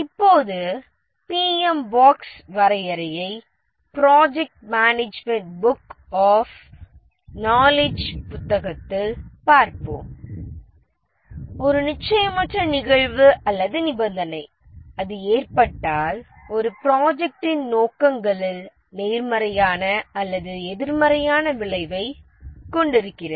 இப்போது PM BOK வரையறையை project management book of knowledge புத்தகத்தில் பார்ப்போம் ஒரு நிச்சயமற்ற நிகழ்வு அல்லது நிபந்தனை அது ஏற்பட்டால் ஒரு ப்ராஜெக்டின் நோக்கங்களில் நேர்மறையான அல்லது எதிர்மறையான விளைவைக் கொண்டிருக்கிறது